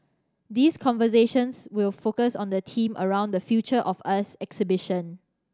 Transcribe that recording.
these conversations will focus on the theme around the Future of us exhibition